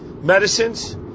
medicines